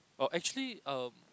oh actually erm